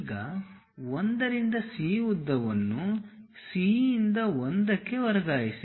ಈಗ 1 ರಿಂದ C ಉದ್ದವನ್ನು C ಯಿಂದ 1 ಕ್ಕೆ ವರ್ಗಾಯಿಸಿ